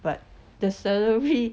but the salary